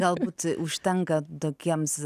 galbūt užtenka tokiems